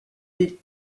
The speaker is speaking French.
des